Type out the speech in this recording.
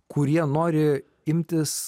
kurie nori imtis